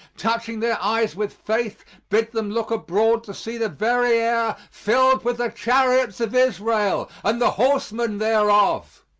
touching their eyes with faith, bid them look abroad to see the very air filled with the chariots of israel and the horsemen thereof.